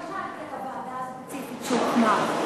אני לא שאלתי על הוועדה הספציפית שהוקמה,